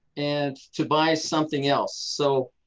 and to buy something else. so